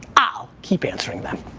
i'll keep answering them.